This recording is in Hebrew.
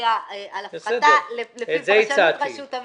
להצביע על הפחתה לפי פרשנות רשות המסים.